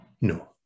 no